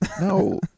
No